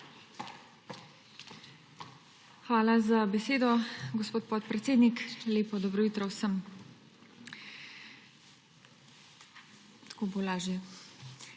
Hvala za besedo, gospod podpredsednik. Lepo dobro jutro vsem! Biti poslanec